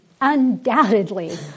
undoubtedly